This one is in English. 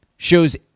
shows